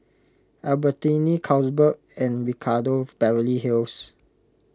Albertini Carlsberg and Ricardo Beverly Hills